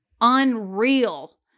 unreal